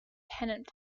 tenant